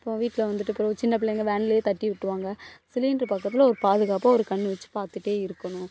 இப்போ வீட்டில் வந்துவிட்டு பிறவு சின்னப்பிள்ளைங்க வேன்லயே தட்டி விட்டுருவாங்க சிலிண்டர் பக்கத்தில் ஒரு பாதுகாப்பாக ஒரு கண்ணு வச்சு பார்த்துட்டே இருக்கணும்